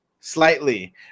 Slightly